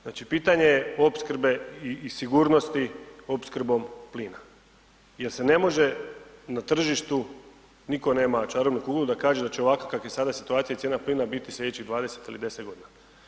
Znači pitanje opskrbe i sigurnosti opskrbom plina jer se ne može na tržištu, niko nema čarobnu kuglu da kaže da će ovakva kakva je sada situacija i cijela plina biti slijedećih 20 ili 10 godina.